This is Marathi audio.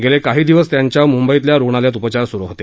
गेले काही दिवस त्याच्यावर मुंबईतल्या रुग्णालयात उपचार स्रु होते